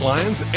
Lions